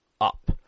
up